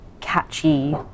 catchy